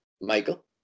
Michael